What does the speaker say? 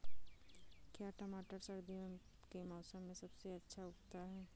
क्या टमाटर सर्दियों के मौसम में सबसे अच्छा उगता है?